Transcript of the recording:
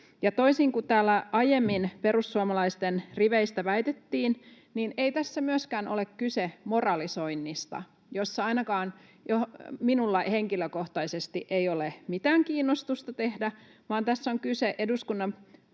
Toisin kuin täällä aiemmin perussuomalaisten riveistä väitettiin, tässä ei myöskään ole kyse moralisoinnista, jota ainakaan minulla henkilökohtaisesti ei ole mitään kiinnostusta tehdä, vaan tässä on kyse eduskunnan